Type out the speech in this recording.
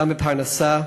גם פרנסה,